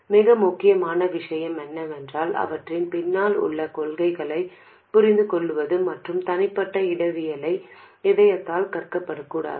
மிக முக்கியமான விஷயம் என்னவென்றால் அவற்றின் பின்னால் உள்ள கொள்கைகளைப் புரிந்துகொள்வது மற்றும் தனிப்பட்ட இடவியலை இதயத்தால் கற்கக்கூடாது